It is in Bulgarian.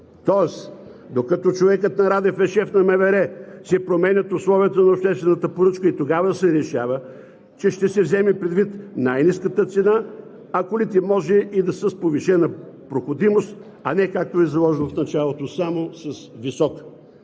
Тоест, докато човекът на Радев е шеф на МВР, се променят условията на обществената поръчка и тогава се решава, че ще се вземе предвид най-ниската цена, а колите може и да са с повишена проходимост, а не както е заложено в началото – само с висока.